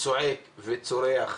צועק וצורח.